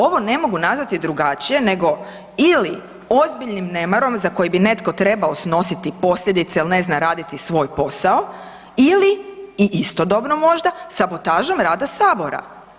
Ovo ne mogu nazvati drugačije nego ili ozbiljnim nemarom za koji bi netko trebao snositi posljedice jer ne zna raditi svoj posao ili i istodobno možda sabotažom rada Sabora.